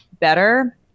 better